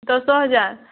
ଦଶ ହଜାର